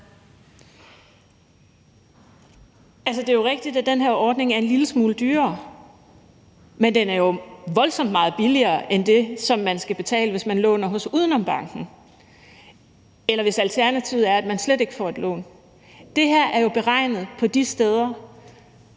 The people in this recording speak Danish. Det er jo rigtigt, at den her ordning er en lille smule dyrere, men den er jo voldsomt meget billigere end det, som man skal betale, hvis man låner hos UdenomBanken, eller hvis alternativet er, at man slet ikke får et lån. Det her er jo beregnet på de steder,